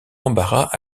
embarras